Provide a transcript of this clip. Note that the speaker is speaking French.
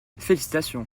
félicitations